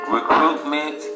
Recruitment